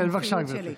כן, בבקשה גברתי.